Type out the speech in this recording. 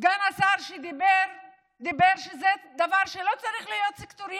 סגן השר אמר שזה דבר שלא צריך להיות סקטוריאלי,